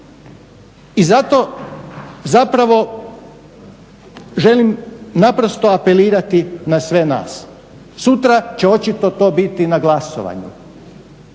I zato zapravo želim naprosto apelirati na sve nas. Sutra će očito to biti na glasovanju.